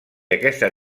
aquesta